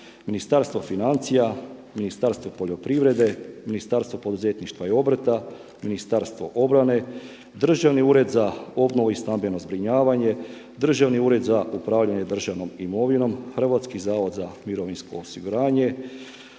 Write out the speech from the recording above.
Ministarstvo financija, Ministarstvo poljoprivrede, Ministarstvo poduzetništva i obrta, Ministarstvo obrane, Državni ured za obnovu i stambeno zbrinjavanje, Državni ured za upravljanje državnom imovinom, Hrvatski zavod za mirovinsko osiguranje,